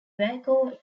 waco